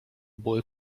boy